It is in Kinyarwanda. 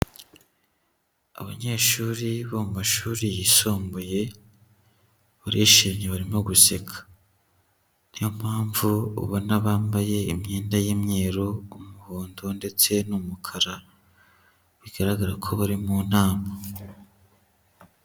Abanyeshuri bo mu mashuri yisumbuye, barishimye barimo guseka. Niyo mpamvu ubona bambaye imyenda y'imyeru, umuhondo ndetse n'umukara. Bigaragara ko bari mu nama.